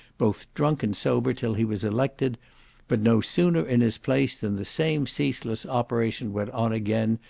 both drunk and sober, till he was elected but no sooner in his place, than the same ceaseless operation went on again,